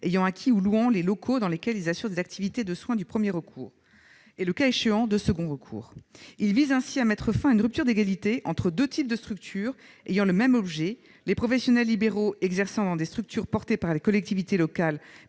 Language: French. ayant acquis ou louant les locaux dans lesquels ils assurent des activités de soins de premier recours et, le cas échéant, de deuxième recours. Il s'agit ainsi de mettre fin à une rupture d'égalité entre deux types de structures ayant le même objet. Les professionnels libéraux exerçant dans des structures mises en place par les collectivités locales